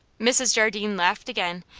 mrs. jardine laughed again.